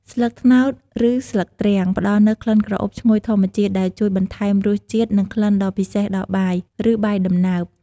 ស្លឹកត្នោត ឬស្លឹកទ្រាំង ផ្ដល់នូវក្លិនក្រអូបឈ្ងុយធម្មជាតិ ដែលជួយបន្ថែមរសជាតិ និងក្លិនដ៏ពិសេសដល់បាយ ឬបាយដំណើប។